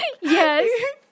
Yes